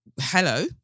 hello